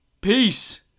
Peace